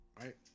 right